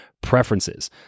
preferences